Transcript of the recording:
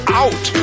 out